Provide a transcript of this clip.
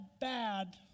bad